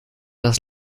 das